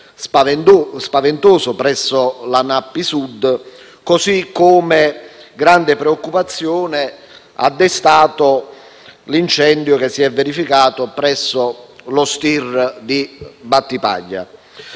spaventoso presso la Nappi Sud, così come grande preoccupazione ha destato l'incendio che si è verificato presso lo Stir di Battipaglia.